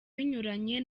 binyuranye